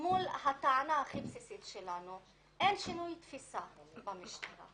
מול הטענה הכי בסיסית שלנו שאומרת שאין שינוי תפיסה במשטרה.